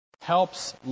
helps